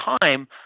time